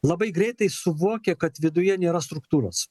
labai greitai suvokia kad viduje nėra struktūros